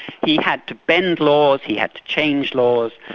he had to bend laws, he had to change laws,